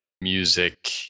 music